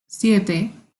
siete